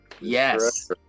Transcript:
yes